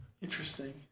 Interesting